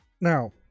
now